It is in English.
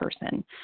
person